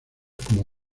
como